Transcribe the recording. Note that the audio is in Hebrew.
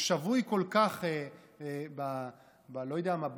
הוא שבוי כל כך בלא יודע מה,